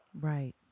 Right